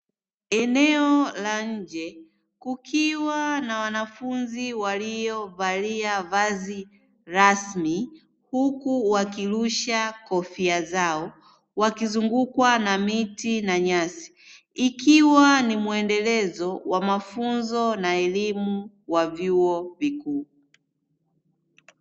Eneo la nje kukiwa na wanafunzi walio valia vazi rasmi, huku wakirusha kofia zao wakizungukwa na miti na nyasi;, ikiwa ni mwendelezo wa mafunzo na elimu ya vyuo vikuu